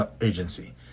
agency